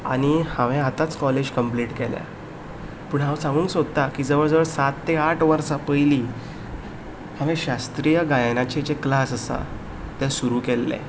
आनी हांवें आतांच कॉलेज कंम्प्लीट केल्या पूण हांव सांगूंक सोदतां की जवळ जवळ सात ते आठ वर्सां पयलीं हांवें शास्त्रीय गायनाचे जे क्लास आसा ते सुरू केल्ले